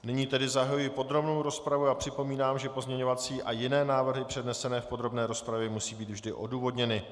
Nyní tedy zahajuji podrobnou rozpravu a připomínám, že pozměňovací a jiné návrhy přednesené v podrobné rozpravě musí být vždy odůvodněny.